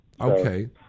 Okay